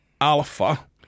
alpha